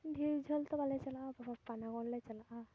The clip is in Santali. ᱰᱷᱮᱨ ᱡᱷᱟᱹᱞ ᱛᱚ ᱵᱟᱞᱮ ᱪᱟᱞᱟᱜᱼᱟ ᱯᱟᱱᱟᱜᱚᱲ ᱞᱮ ᱪᱟᱞᱟᱜᱼᱟ